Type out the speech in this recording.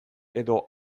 edo